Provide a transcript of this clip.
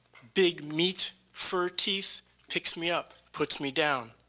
big meat, fur teeth picks me up, puts me down.